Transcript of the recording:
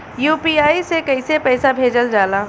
UPI से कइसे पैसा भेजल जाला?